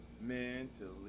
Mentally